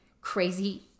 crazy